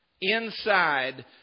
Inside